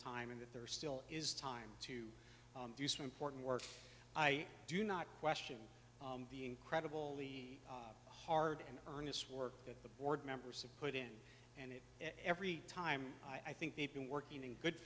time in that there still is time to do some important work i do not question the incredible the hard and honest work that the board members of put in and it every time i think they've been working in good